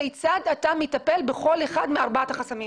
כיצד אתה מטפל בכל אחד מארבעת החסמים?